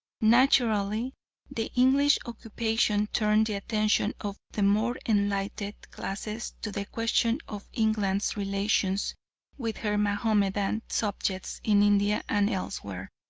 naturally the english occupation turned the attention of the more enlightened classes to the question of england's relations with her mahomedan subjects in india and elsewhere.